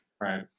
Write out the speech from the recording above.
Right